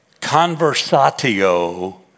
conversatio